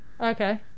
Okay